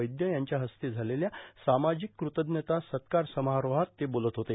वैद्य यांच्या हस्ते झालेल्या सामाजिक कृतज्ञता सत्कार समारोहात ते बोलत होते